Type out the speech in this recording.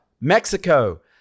Mexico